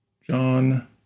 John